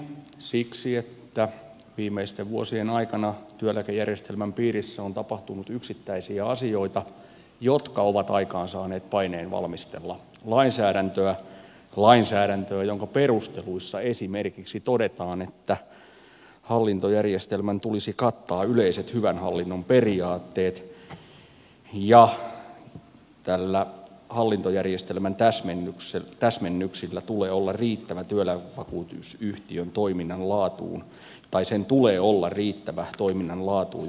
siksi että viimeisten vuosien aikana työeläkejärjestelmän piirissä on tapahtunut yksittäisiä asioita jotka ovat aikaansaaneet paineen valmistella lainsäädäntöä lainsäädäntöä jonka perusteluissa esimerkiksi todetaan että hallintojärjestelmän tulisi kattaa yleiset hyvän hallinnon periaatteet ja hallintojärjestelmän tulee olla riittävä työeläkevakuutusyhtiön toiminnan laatuun ja laajuuteen nähden